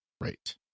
Right